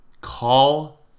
Call